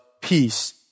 peace